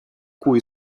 cui